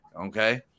okay